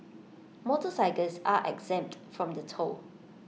motorcycles are exempt from the toll